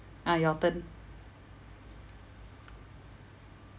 ah your turn